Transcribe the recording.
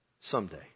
someday